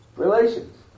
Relations